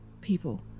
people